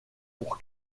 pour